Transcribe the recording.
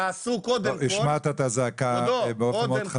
תעשו קודם כל --- השמעת את הזעקה באופן חזק.